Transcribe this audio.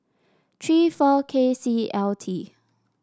three four K C L T